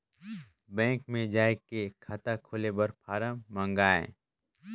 Bank मे जाय के खाता खोले बर फारम मंगाय?